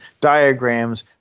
diagrams